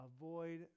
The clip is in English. avoid